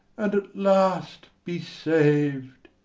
and at last be sav'd!